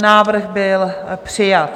Návrh byl přijat.